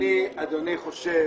אדוני,